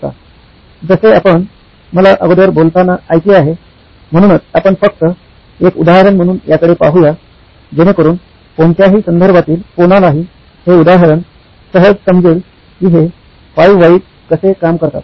जसे आपण मला अगोदर बोलताना ऐकले आहे म्हणूनच आपण फक्त एक उदाहरण म्हणून याकडे पाहूया जेणेकरून कोणत्याही संदर्भातील कोणालाही हे उदाहरण सहज समजेल की हे 5 व्हॉईज कसे काम करतात